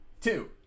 Two